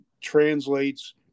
translates